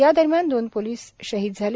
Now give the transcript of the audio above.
या दरम्यान दोन पोलिस शाहिद झाले